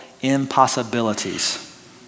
impossibilities